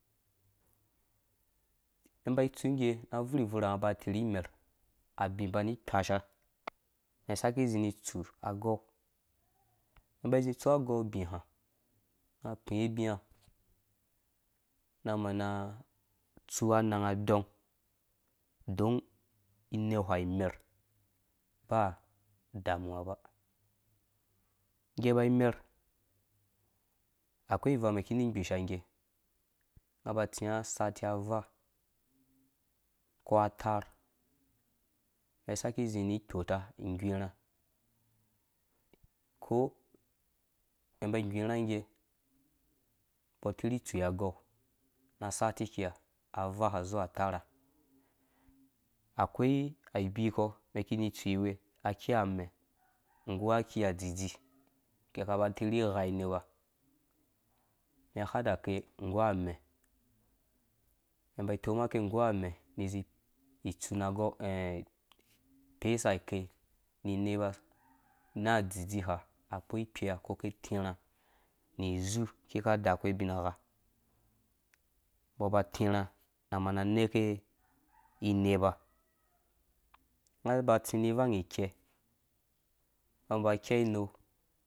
Umɛn ĩba ngge na abvuurh-bvurha, unga aba atirhi imɛr, anĩ aba ani ikpasha umɛn isaki izĩni itsu agɔui umɛn imba itsu agɔu ubiĩ hã unga akpiĩ ubiã na amana atsu ananga adɔng udon inei ha imɛr damuwaba ngge ibaimer akoi ivang iyɛ umɛn ikimi imgbisha ngge, unga aba atsiã asatia avaa, uko ataar, umɛn iki isaki izĩ ni ikpɔta ing gwirhã ko umɛn imba ing gwirha ngge, umbɔ atirhi itsui agɔu na asati akika avaa na zuwa ataar ha, akoi abi kɔ nggu aki adzidzi, ake aba atirhi igha inepa, umɛn i hada ke nggu amɛ̃ umɛn imba itomake nggu amɛ̃ izĩ itsu na agɔu pesa ake ni inepa, na adzidzi ha akpo ikpea uko ake atĩ rhã niziu akika dakwuwe ubingha umbɔ aba atirha na aneke inepa unga aba atsĩ ni ivang ikẽ, ivang umbɔ aki ikɛ inei